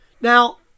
Now